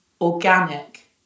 Organic